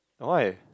why